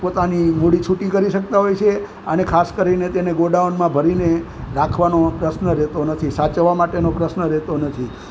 પોતાની મૂડી છૂટી કરી શકતા હોય છે અને ખાસ કરીને તેને ગોડાઉનમાં ભરીને રાખવાનો પ્રશ્ન રહેતો નથી સાચવવા માટેનો પ્રશ્ન રહેતો નથી